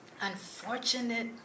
unfortunate